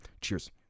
Cheers